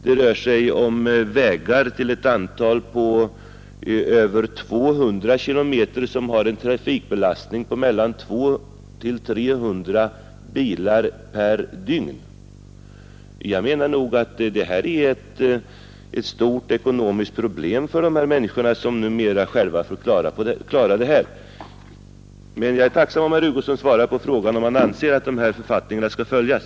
Det rör sig om vägar på sammanlagt 200 kilometer med en trafikbelastning på mellan 200 och 300 bilar per dygn. Detta är enligt min mening ett stort ekonomiskt problem för dessa människor som numera själva får klara en statlig uppgift. Men jag vore tacksam om herr Hugosson ville svara på min fråga om författningarna skall följas.